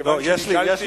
כיוון שנשאלתי,